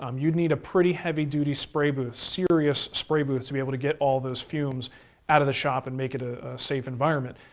um you need a pretty heavy duty spray booth, serious spray booth to be able to get all those fumes out of the shop and make it a safe environment.